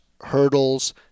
hurdles